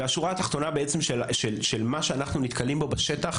והשורה התחתונה בעצם של מה שאנחנו נתקלים בו בשטח